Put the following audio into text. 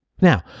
Now